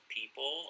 people